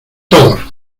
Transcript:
todos